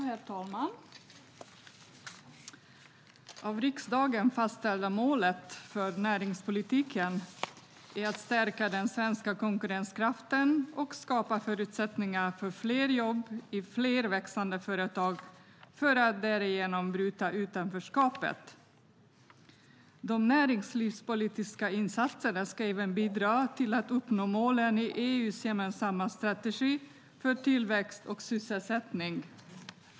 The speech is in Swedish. Herr talman! Det av riksdagen fastställda målet för näringspolitiken är att stärka den svenska konkurrenskraften och skapa förutsättningar för fler jobb i fler växande företag för att därigenom bryta utanförskapet. De näringslivspolitiska insatserna ska även bidra till att man uppnår målen i EU:s gemensamma strategi för tillväxt och sysselsättning.